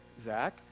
Zach